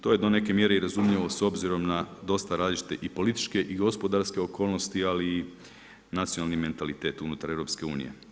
To je do neke mjere i razumljivo s obzirom na dosta različite i političke i gospodarske okolnosti ali i nacionalni mentalitet unutar EU.